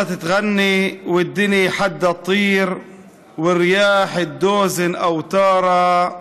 למשמע שירתה מתרוממת רוחך ומכווננות הרוחות את מיתריהן,